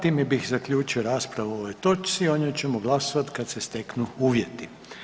Time bih zaključio raspravu o ovoj točci a o njoj ćemo glasovat kad se steknu uvjeti.